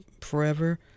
forever